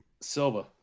Silva